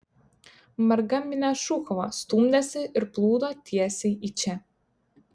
marga minia šūkavo stumdėsi ir plūdo tiesiai į čia